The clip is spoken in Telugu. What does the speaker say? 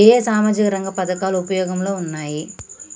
ఏ ఏ సామాజిక రంగ పథకాలు ఉపయోగంలో ఉన్నాయి?